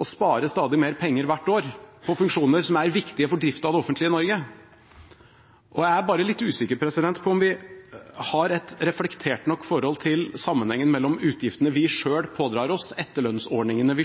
å spare stadig mer penger hvert år på funksjoner som er viktige for drift av det offentlige Norge. Jeg er bare litt usikker på om vi har et reflektert nok forhold til sammenhengen mellom utgiftene vi selv pådrar oss: etterlønnsordningene vi